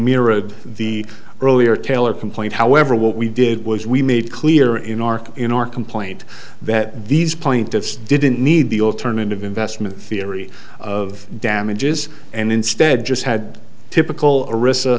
mirrored the earlier taylor complaint however what we did was we made clear in our in our complaint that these plaintiffs didn't need the alternative investment theory of damages and instead just had typical